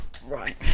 right